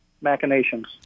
machinations